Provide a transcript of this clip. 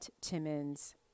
Timmons